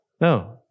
No